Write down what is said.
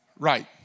right